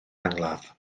angladd